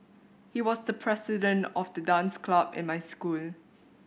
he was the president of the dance club in my school